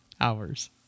hours